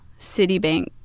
Citibank